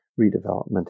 redevelopment